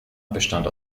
bestand